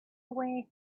away